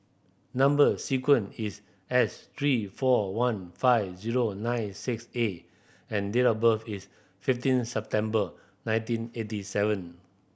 number sequence is S three four one five zero nine six A and date of birth is fifteen September nineteen eighty seven